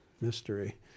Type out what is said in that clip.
mystery